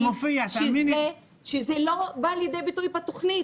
זה לא בא לידי ביטוי בתוכנית,